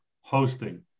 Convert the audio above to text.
hosting